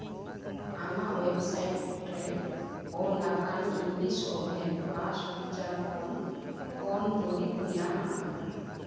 ᱟᱢᱟᱜ ᱳᱭᱮᱵᱽᱼᱥᱟᱭᱤᱴ ᱨᱮ ᱚᱞ ᱟᱠᱟᱱ ᱤᱝᱞᱤᱥ ᱳᱵᱷᱮᱱ ᱵᱟᱥ ᱯᱤᱡᱡᱟ ᱠᱷᱚᱱ ᱠᱚᱢ ᱫᱩᱨᱤᱵᱽ ᱧᱟᱢ ᱟᱠᱟᱱᱟ